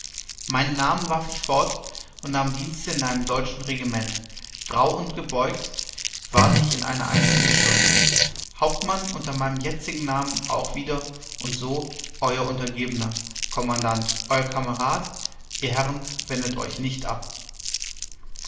meinen namen warf ich fort und nahm dienste in einem deutschen regiment grau und gebeugt ward ich in einer einzigen stunde hauptmann unter meinem jetzigen namen auch wieder und so euer untergebener kommandant euer kamerad ihr herren wendet euch nicht ab